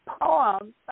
poems